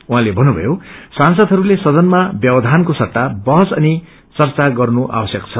उहाँले भन्नुभएको छ सांसदहरूलाई सदनमा व्यवधानको सट्टा बहस अनि चर्चा गर्नु आवश्यक छ